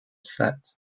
set